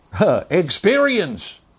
experience